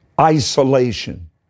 isolation